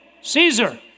Caesar